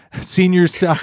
seniors